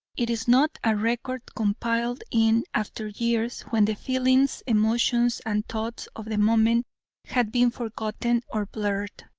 it is not a record compiled in after years when the feelings, emotions, and thoughts of the moment had been forgotten or blurred,